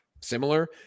similar